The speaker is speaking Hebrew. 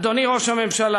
אדוני ראש הממשלה,